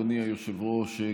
אדוני היושב-ראש,